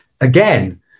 Again